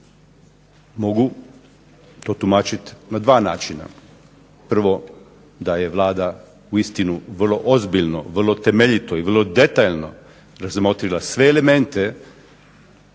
Mogu protumačiti na dva načina, prvo da je Vlada uistinu vrlo ozbiljno, vrlo temeljito i vrlo detaljno razmotrila sve elemente